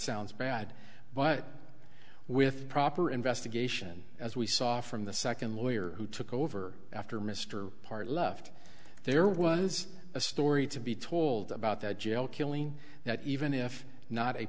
sounds bad but with proper investigation as we saw from the second lawyer who took over after mr parr left there was a story to be told about that jail killing that even if not a